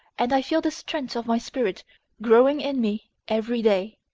and i feel the strength of my spirit growing in me every day.